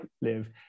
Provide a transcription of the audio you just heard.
live